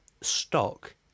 stock